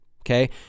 okay